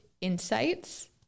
insights